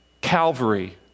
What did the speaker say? Calvary